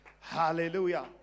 Hallelujah